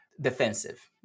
defensive